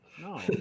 No